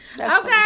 okay